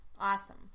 Awesome